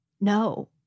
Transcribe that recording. No